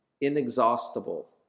inexhaustible